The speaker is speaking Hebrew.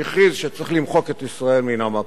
שהכריז שצריך למחוק את ישראל מן המפה.